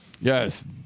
Yes